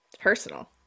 personal